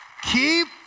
Keep